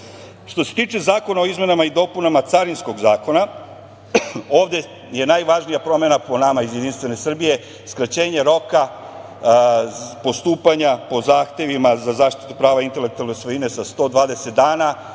se tiče zakona o izmenama i dopunama Carinskog zakona ovde je najvažnija promena po nama iz JS skraćenje roka postupanja po zahtevima za zaštitu prava intelektualne svojine sa 120 dana